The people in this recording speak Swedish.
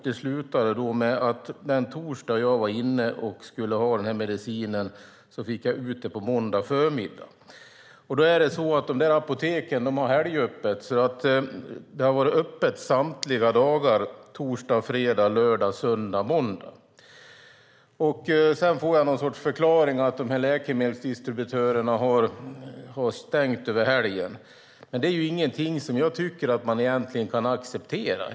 Det slutade med att den medicin som jag skulle hämta på torsdagen fick jag på måndag förmiddag. Apoteken hade helgöppet. Det var öppet alla dagar - torsdag, fredag, lördag, söndag och måndag. Jag fick förklaringen att läkemedelsdistributörerna har stängt över helgen. Det är något som jag inte tycker att man kan acceptera.